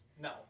No